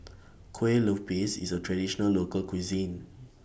Kue Lupis IS A Traditional Local Cuisine